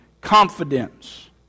confidence